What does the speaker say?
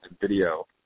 video